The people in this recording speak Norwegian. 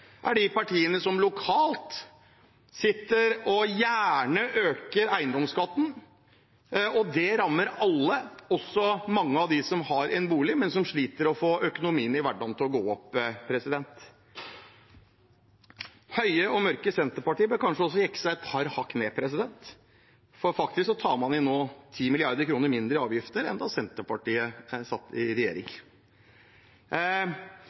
er partiene som lokalt gjerne øker eiendomsskatten. Det rammer alle, også mange av dem som har en bolig, men som sliter med å få økonomien til å gå opp i hverdagen. Høye og mørke Senterpartiet bør kanskje jekke seg ned et par hakk. Faktisk tar man inn 10 mrd. kr mindre nå i avgifter enn da Senterpartiet satt i regjering.